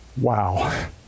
wow